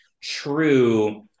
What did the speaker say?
true